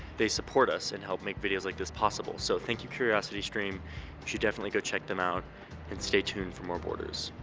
they support us and help make videos like this possible. so thank you curiositystream. you should definitely go check them out and stay tuned for more borders.